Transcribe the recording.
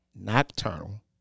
nocturnal